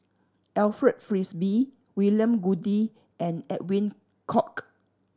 Alfred Frisby William Goode and Edwin Koek